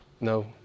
No